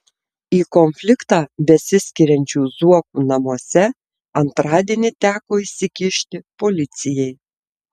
į konfliktą besiskiriančių zuokų namuose antradienį teko įsikišti policijai